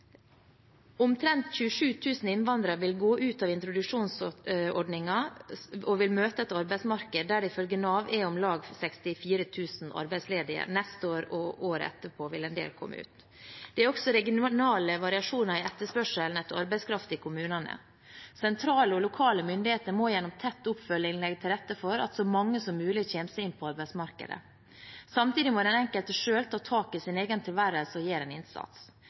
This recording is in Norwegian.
Omtrent 27 000 innvandrere vil gå ut av introduksjonsordningen og møte et arbeidsmarked der det ifølge Nav er om lag 64 000 arbeidsledige. Neste år og året etterpå vil en del komme ut. Det er også regionale variasjoner i etterspørselen etter arbeidskraft i kommunene. Sentrale og lokale myndigheter må gjennom tett oppfølging legge til rette for at så mange som mulig kommer seg inn på arbeidsmarkedet. Samtidig må den enkelte selv ta tak i sin egen tilværelse og gjøre en innsats.